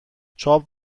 چاپ